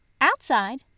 Outside